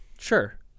sure